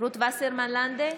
רות וסרמן לנדה,